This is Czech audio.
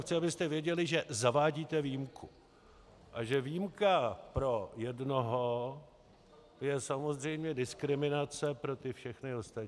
Jenom chci, abyste věděli, že zavádíte výjimku a že výjimka pro jednoho je samozřejmě diskriminace pro ty všechny ostatní.